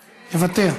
מוותר,